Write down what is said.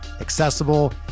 accessible